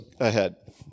ahead